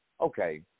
Okay